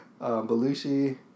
Belushi